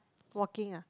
walking ah